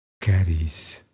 carries